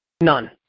none